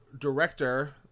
director